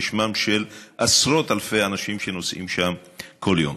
בשמם של עשרות אלפי אנשים שנוסעים שם כל יום.